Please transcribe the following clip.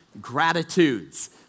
gratitudes